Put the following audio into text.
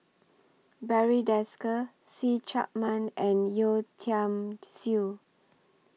Barry Desker See Chak Mun and Yeo Tiam Siew